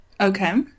Okay